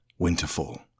Winterfall